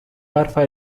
garza